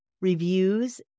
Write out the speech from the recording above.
Reviews